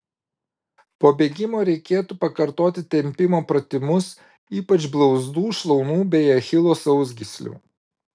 po bėgimo reikėtų pakartoti tempimo pratimus ypač blauzdų šlaunų bei achilo sausgyslių